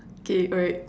okay alright